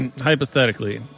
hypothetically